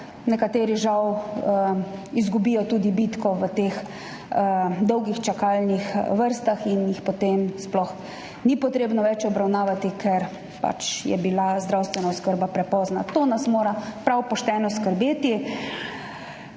nekateri žal izgubijo tudi bitko v teh dolgih čakalnih vrstah in jih potem sploh ni potrebno več obravnavati, ker je bila zdravstvena oskrba prepozna. To nas mora prav pošteno skrbeti.